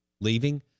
leaving